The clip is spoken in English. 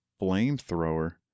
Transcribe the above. flamethrower